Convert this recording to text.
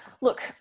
look